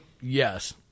Yes